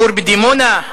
הכור בדימונה,